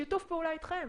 בשיתוף פעולה איתכם,